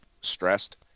stressed